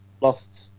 lost